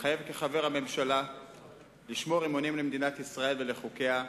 מתחייב כחבר הממשלה לשמור אמונים למדינת ישראל ולחוקיה,